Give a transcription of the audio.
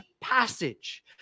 passage